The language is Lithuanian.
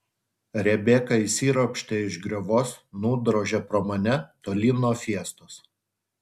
rebeka išsiropštė iš griovos nudrožė pro mane tolyn nuo fiestos